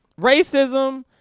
Racism